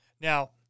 Now